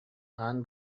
аан